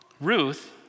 Ruth